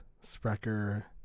Sprecher